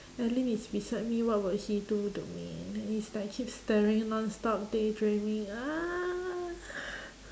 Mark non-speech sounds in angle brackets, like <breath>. alyn is beside me what would he do to me is like keep staring nonstop daydreaming ah <breath>